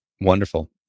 Wonderful